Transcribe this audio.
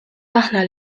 aħna